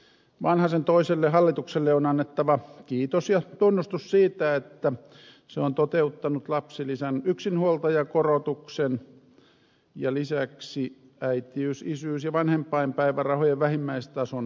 vanhasen toiselle hallitukselle on annettava kiitos ja tunnustus siitä että se on toteuttanut lapsilisän yksinhuoltajakorotuksen ja lisäksi äitiys isyys ja vanhempainpäivärahojen vähimmäistason korottamisen